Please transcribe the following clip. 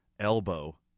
elbow